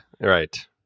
Right